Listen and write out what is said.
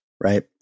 right